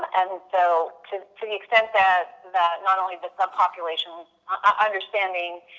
and so to to the extend that that not only the subpopulation ah understanding